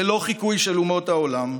ללא חיקוי של אומות העולם,